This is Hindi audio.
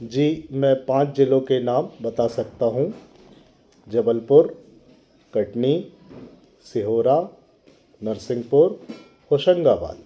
जी मैं पाँच ज़िलों के नाम बता सकता हूँ जबलपुर कटनी सिहोर नरसिंहपुर होशंगाबाद